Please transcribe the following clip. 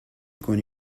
کنی